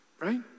Right